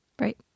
Right